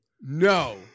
no